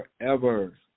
forever